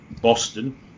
Boston